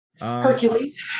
Hercules